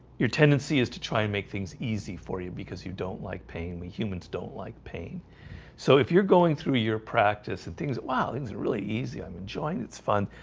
your tendency is to try and make things easy for you because you don't like pain humans don't like pain so if you're going through your practice and things at wow, things are really easy. i'm enjoying it's fun.